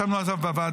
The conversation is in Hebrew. ישבנו על זה בוועדה.